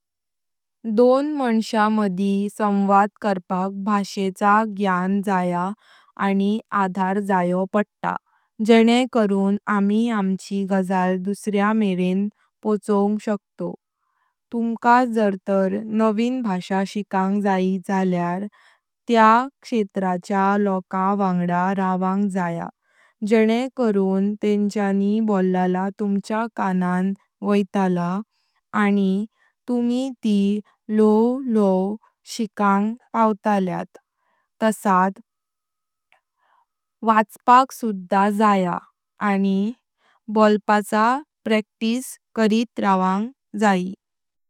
Basmati rice (लांब असतात आणि ते लाँग-ग्रेन, अरोमाटिक, जे ऑफ़न यूस्ड इंडियन कुजीन नावं जातात), jasmine rice (long grain, fragrant floral aroma, ये सुधा पॉप्युलर यूस्ड जातात साऊथईस्ट एशियन पदार्थानी), brown rice (whole grain with a nutty flavour आणी च्यूवी टेक्स्चर असता), arborio rice (short grain Italian rice, ideal for risotto), black rice (purple coloured with high antioxidant content), wild rice (not technically rice, but a type of aquatic grass with a nutty flavour), Sona Masuri (a popular Indian rice variety), Kolam rice (south Indian rice variety), आणि bomba rice (Spanish short grain rice used for paella). अश्या तारेचे वेग वेग तानुल असतात जे वेग वेगळया डिशेसानी यूस्ड जातात।